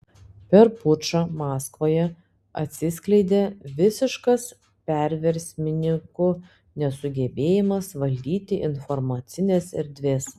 per pučą maskvoje atsiskleidė visiškas perversmininkų nesugebėjimas valdyti informacinės erdvės